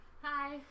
Hi